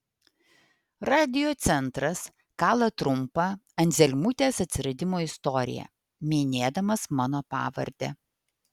radiocentras kala trumpą anzelmutės atsiradimo istoriją minėdamas mano pavardę